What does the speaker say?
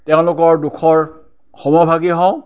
তেওঁলোকৰ দুখৰ সমভাগী হওঁ